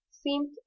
seemed